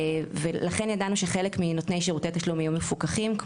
ולכן ידענו שחלק משירותי התשלום יהיו מפוקחים,